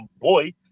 boy